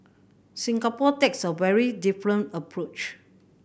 Singapore takes a very different approach